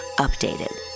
Updated